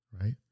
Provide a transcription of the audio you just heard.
right